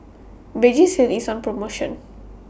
Vagisil IS on promotion